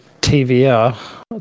TVR